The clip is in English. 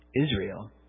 Israel